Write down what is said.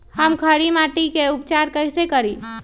हम खड़ी मिट्टी के उपचार कईसे करी?